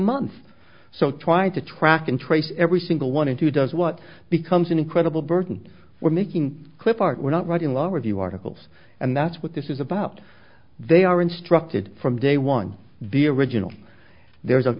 month so trying to track and trace every single one and two does what becomes an incredible burden we're making clip art we're not writing lower few articles and that's what this is about they are instructed from day one the original there is of